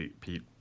Pete